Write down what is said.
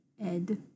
Ed